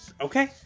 Okay